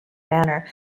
manner